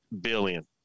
billion